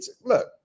Look